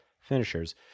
finishers